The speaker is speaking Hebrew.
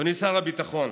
אדוני שר הביטחון,